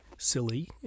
silly